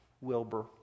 Wilbur